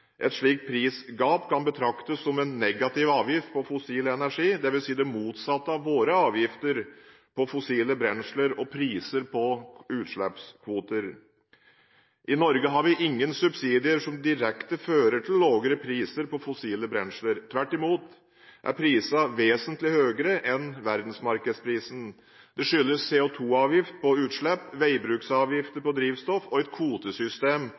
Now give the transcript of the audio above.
Et slikt prisgap kan betraktes som en negativ avgift på fossil energi, dvs. det motsatte av våre avgifter på fossile brensler og priser på utslippskvoter. I Norge har vi ingen subsidier som direkte fører til lavere priser på fossile brensler. Tvert imot er prisene vesentlig høyere enn verdensmarkedsprisen. Det skyldes at vi har CO2 avgifter på utslipp, veibruksavgifter på drivstoff og et kvotesystem